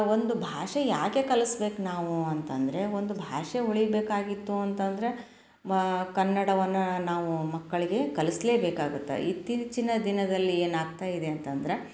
ಒಂದು ಭಾಷೆ ಯಾಕೆ ಕಲ್ಸ್ಬೇಕು ನಾವು ಅಂತಂದರೆ ಒಂದು ಭಾಷೆ ಉಳಿಯಬೇಕಾಗಿತ್ತು ಅಂತಂದರೆ ಮಾ ಕನ್ನಡವನ್ನು ನಾವು ಮಕ್ಕಳಿಗೆ ಕಲ್ಸ್ಲೇಬೇಕಾಗುತ್ತೆ ಇತ್ತೀಚಿನ ದಿನದಲ್ಲಿ ಏನು ಆಗ್ತಾ ಇದೆ ಅಂತಂದರೆ